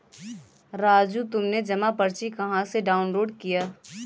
राजू तुमने जमा पर्ची कहां से डाउनलोड किया?